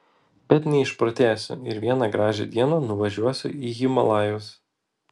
bet neišprotėsiu ir vieną gražią dieną nevažiuosiu į himalajus